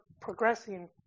progressing